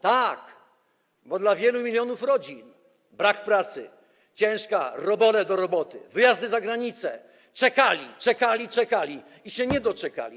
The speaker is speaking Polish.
Tak, bo dla wielu milionów rodzin brak pracy, ciężka praca, robole do roboty, wyjazdy za granicę, czekali, czekali i czekali, i się nie doczekali.